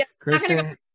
kristen